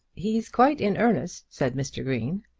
he's quite in earnest, said mr. green.